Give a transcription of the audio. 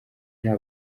nta